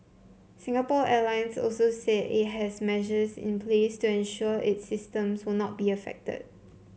Singapore Airlines also said it has measures in place to ensure its systems will not be affected